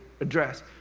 address